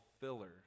filler